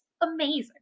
amazing